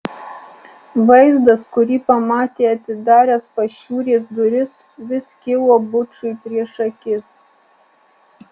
vaizdas kurį pamatė atidaręs pašiūrės duris vis kilo bučui prieš akis